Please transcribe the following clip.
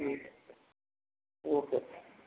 okay